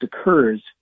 occurs